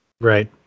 Right